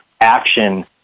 action